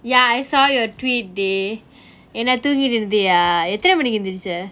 ya I saw your tweet என்ன தூங்கிட்டு இந்திய எத்தனை மணிகி எந்திரிச்சி :enna thungitu irunthiya yeathana maniki yeanthiricha